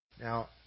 Now